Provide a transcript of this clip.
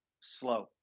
slow